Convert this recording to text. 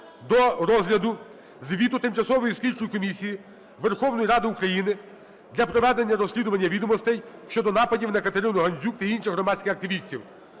до розгляду звіту Тимчасової слідчої комісії Верховної Ради України для проведення розслідування відомостей щодо нападів на Катерину Гандзюк та інших громадських активістів